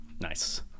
Nice